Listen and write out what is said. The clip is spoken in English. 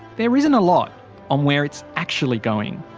there isn't a lot on where it's actually going.